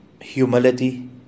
humility